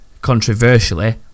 controversially